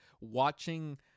watching